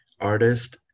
artist-